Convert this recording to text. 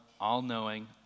all-knowing